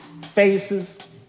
faces